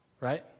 Right